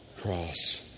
Cross